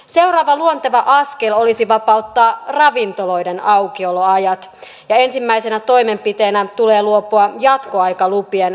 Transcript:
seuraava luonteva askel olisi vapauttaa ravintoloiden aukioloajat ja ensimmäisenä toimenpiteenä tulee luopua jatkoaikalupien vaatimisesta